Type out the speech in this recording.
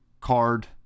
card